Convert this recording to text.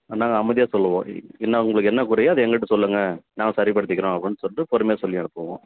நாங்கள் அமைதியாக சொல்வோம் என்ன உங்களுக்கு என்ன குறையோ அது எங்கள்ட்ட சொல்லுங்கள் நாங்கள் சரிபடுத்திக்கிறோம் அப்படின்னு சொல்லிவிட்டு பொறுமையாக சொல்லி அனுப்புவோம்